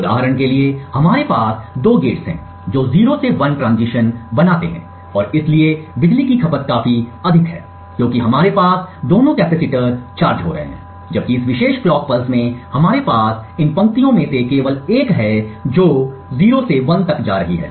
उदाहरण के लिए हमारे पास दो गेट हैं जो 0 से 1 ट्रांजिशन बनाते हैं और इसलिए बिजली की खपत काफी अधिक है क्योंकि हमारे पास दोनों कैपेसिटर चार्ज हो रहे हैं जबकि इस विशेष कलॉक पल्स में हमारे पास इन पंक्तियों में से केवल एक है जो 0 से 1 तक जा रही है